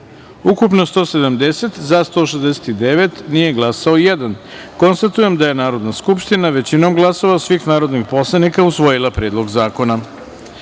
ukupno – 170, za – 169, nije glasao jedan. Konstatujem da je Narodna skupština većinom glasova svih narodnih poslanika usvojila Predlog zakona. Sedma